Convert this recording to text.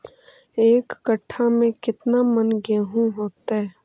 एक कट्ठा में केतना मन गेहूं होतै?